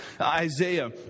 Isaiah